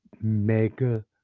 mega